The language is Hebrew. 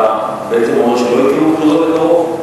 בעצם אתה אומר שלא יהיו בחירות בקרוב?